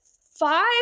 five